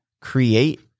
create